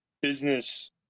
business